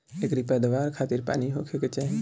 एकरी पैदवार खातिर पानी होखे के चाही